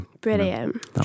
Brilliant